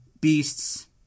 beasts